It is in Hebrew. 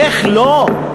איך לא,